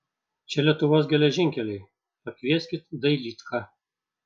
čia lietuvos geležinkeliai pakvieskit dailydką